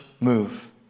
Move